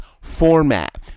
format